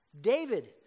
David